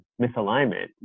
misalignment